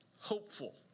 hopeful